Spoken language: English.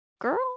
girl